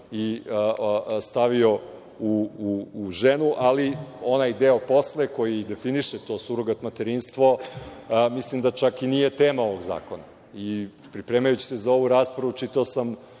i stavio u ženu, ali onaj deo posle koji definiše to surogat materinstvo, mislim da čak i nije tema ovog zakona. Pripremajući se za ovu raspravu, čitao sam